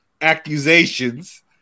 accusations